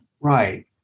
Right